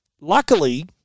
Luckily